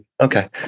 okay